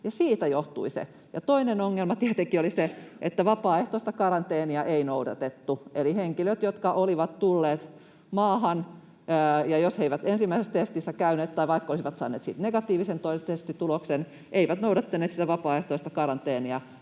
siitä johtui se. Toinen ongelma tietenkin oli se, että vapaaehtoista karanteenia ei noudatettu, eli henkilöt, jotka olivat tulleet maahan, jos he eivät ensimmäisessä testissä käyneet tai vaikka olisivat saaneet siitä negatiivisen testituloksen, eivät noudattaneet sitä vapaaehtoista karanteenia